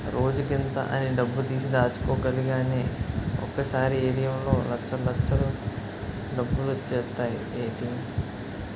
రోజుకింత అని డబ్బుతీసి దాచుకోలిగానీ ఒకసారీ ఏ.టి.ఎం లో లచ్చల్లచ్చలు డబ్బులొచ్చేత్తాయ్ ఏటీ?